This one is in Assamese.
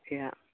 এতিয়া